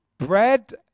Bread